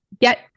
get